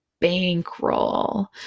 bankroll